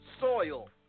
soil